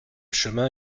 chemin